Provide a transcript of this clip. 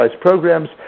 programs